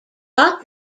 got